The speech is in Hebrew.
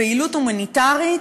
לפעילות הומניטרית,